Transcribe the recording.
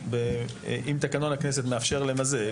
אם תקנון הכנסת מאפשר למזג,